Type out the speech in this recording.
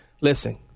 listen